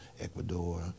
Ecuador